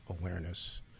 awareness